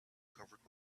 covered